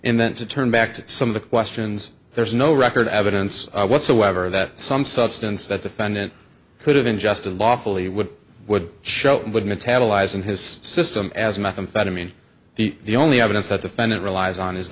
and then to turn back to some of the questions there is no record evidence whatsoever that some substance that defendant could have ingested lawfully would would show would metabolize in his system as methamphetamine the the only evidence that defendant relies on is